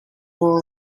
maw